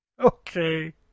Okay